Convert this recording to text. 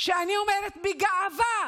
שאני אומרת בגאווה